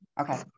Okay